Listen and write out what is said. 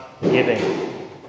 giving